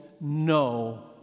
no